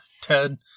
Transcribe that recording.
Ted